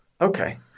Okay